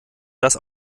das